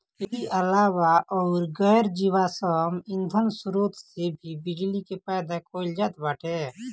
एकरी अलावा अउर गैर जीवाश्म ईधन स्रोत से भी बिजली के पैदा कईल जात बाटे